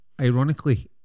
Ironically